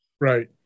Right